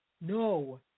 No